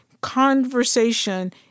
conversation